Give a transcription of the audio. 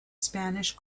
spanish